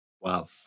Wow